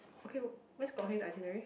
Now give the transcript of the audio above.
okay where's Kok-Heng's itinerary